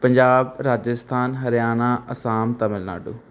Punjab Rajasthan Haryana Assam Tamil Nadu